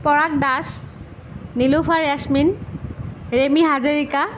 Parag Das Nilofar Yasmin Remi Hazarika